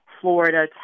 Florida